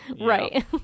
Right